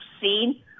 seen